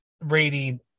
rating